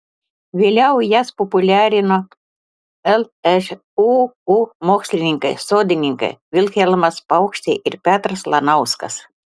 vėliau jas populiarino lžūu mokslininkai sodininkai vilhelmas paukštė ir petras lanauskas